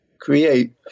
create